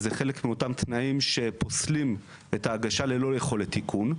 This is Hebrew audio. אז זה חלק מאותם תנאים שפוסלים את ההגשה ללא יכולת תיקון.